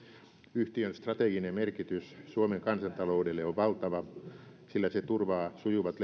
yhtiön strateginen merkitys suomen kansantaloudelle on valtava sillä se turvaa sujuvat